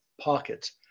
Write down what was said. pockets